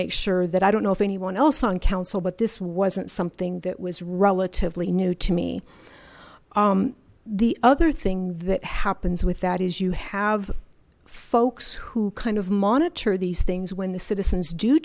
make sure that i don't know if anyone else on council but this wasn't something that was relatively new to me the other thing that happens with that is you have folks who kind of monitor these things when the citizens do